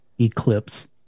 eclipse